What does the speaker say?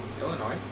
Illinois